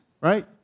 right